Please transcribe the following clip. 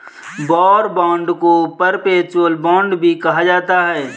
war bond को perpetual bond भी कहा जाता है